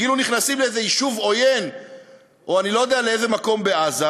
כאילו נכנסים לאיזה יישוב עוין או אני לא יודע לאיזה מקום בעזה,